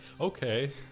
Okay